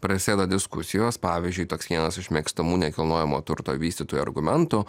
prasideda diskusijos pavyzdžiui toks vienas iš mėgstamų nekilnojamo turto vystytojų argumentų